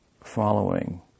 following